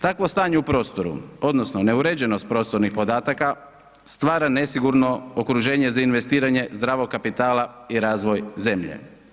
Takvo stanje u prostoru odnosno neuređenost prostornih podataka stvara nesigurno okruženje za investiranje zdravog kapitala i razvoj zemlje.